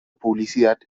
publicidad